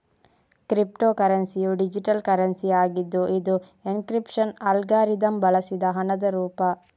crypto ಕರೆನ್ಸಿಯು digital currency ಆಗಿದ್ದು ಇದು ಎನ್ಕ್ರಿಪ್ಶನ್ ಅಲ್ಗಾರಿದಮ್ ಬಳಸಿದ ಹಣದ ರೂಪ